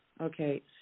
Okay